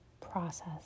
process